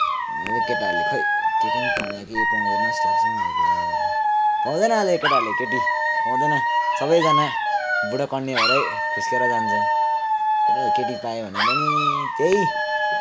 अहिलेको केटाहरूले खोइ केटी पनि पाउँला कि पाउँदैनन् जस्तो लाग्छ हौ मलाई बेला बेला त पाउँदैन अहिलेको केटाहरूले केटी पाउँदैन सबैजना बुढो कन्ये भएरै खुस्केर जान्छ केटाहरूले केटी पायो भने पनि त्यही